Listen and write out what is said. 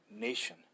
nation